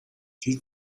تیتر